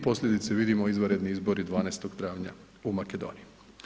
I posljedice vidimo, izvanredni izbori 12. travnja u Makedoniji.